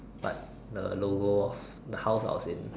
but the logo of the house I was in